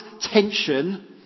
tension